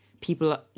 people